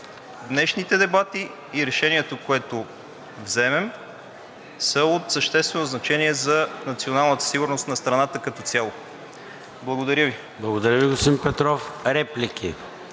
днешните дебати и решението, което вземем, са от съществено значение за националната сигурност на страната като цяло. Благодаря Ви. ПРЕДСЕДАТЕЛ ЙОРДАН ЦОНЕВ: Благодаря Ви, господин Петров. Реплики?